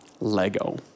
Lego